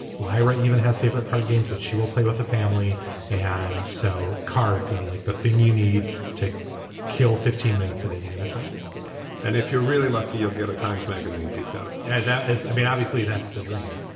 lyra even has favorite card games that she will play with her family and so cards are like the thing you need to kill fifteen minutes at any given time and if you're really lucky you'll get a times magazine piece out of yeah that i mean obviously that's the dream.